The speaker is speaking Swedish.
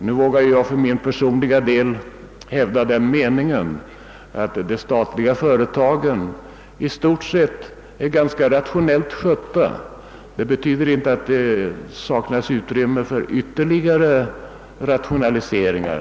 Nu vågar jag för min personliga del hävda den meningen, att de statliga företagen i stort sett är ganska rationellt skötta, men detta betyder inte att utrymme skulle saknas för ytterligare rationaliseringar.